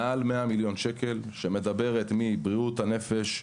מעל 100 מיליון שקל על תוכנית שמדברת על בריאות הנפש,